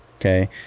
Okay